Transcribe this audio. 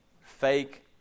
fake